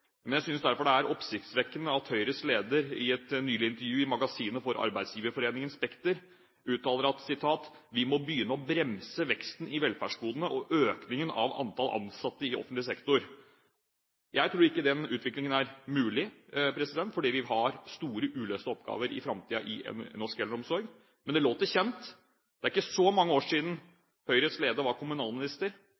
Men jeg synes at det er oppsiktsvekkende at Høyres leder i et nylig intervju i magasinet for Arbeidsgiverforeningen Spekter uttaler at: «Vi må begynne å bremse veksten i velferdsgodene og økningen av antall ansatte i offentlig sektor». Jeg tror ikke den utviklingen er mulig, fordi vi har store, uløste oppgaver i framtiden i norsk eldreomsorg. Men det låter kjent. Det er ikke så mange år siden